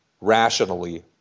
rationally